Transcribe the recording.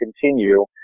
continue